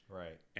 right